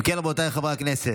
אם כן, רבותיי חברי הכנסת,